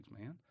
man